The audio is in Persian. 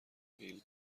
بیل